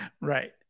right